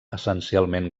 essencialment